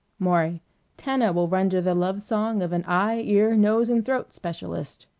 maury tana will render the love song of an eye, ear, nose, and throat specialist.